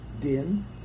din